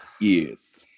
Yes